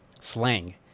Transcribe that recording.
slang